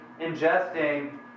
ingesting